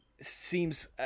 seems